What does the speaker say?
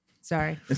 Sorry